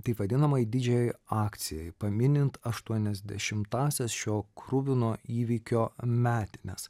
taip vadinamai didžiajai akcijai paminint aštuoniasdešimtąsias šio kruvino įvykio metines